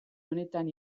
honetan